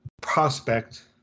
Prospect